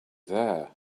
there